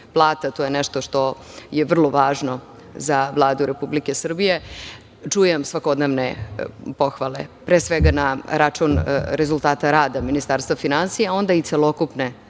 plata, a to je nešto što je vrlo važno za Vladu Republike Srbije, čujem svakodnevne pohvale, pre svega na račun rezultata rada Ministarstva finansija, a onda i celokupne